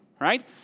right